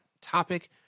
topic